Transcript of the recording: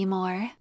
more